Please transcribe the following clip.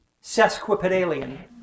sesquipedalian